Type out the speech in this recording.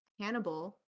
Hannibal